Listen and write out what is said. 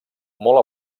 molt